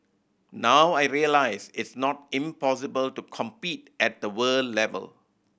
now I realise it's not impossible to compete at the world level